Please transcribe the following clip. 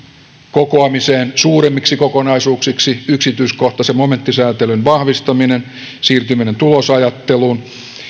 kokoamiseen suuremmiksi kokonaisuuksiksi yksityiskohtaisen momenttisäätelyn vahvistaminen siirtyminen tulosajatteluun